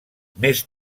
més